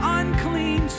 unclean